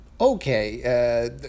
Okay